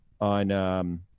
on